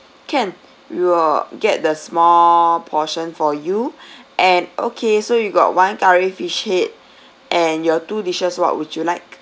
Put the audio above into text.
can we will get the small portion for you and okay so you got one curry fish head and your two dishes what would you like